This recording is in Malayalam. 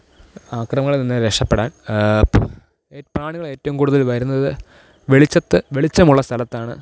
ആക്രമങ്ങളില് നിന്ന് രക്ഷപ്പെടാന് പ്രാണികൾ ഏറ്റവും കൂടുതൽ വരുന്നത് വെളിച്ചത്ത് വെളിച്ചമുള്ള സ്ഥലത്താണ്